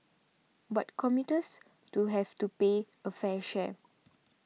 but commuters to have to pay a fair share